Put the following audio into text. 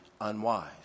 unwise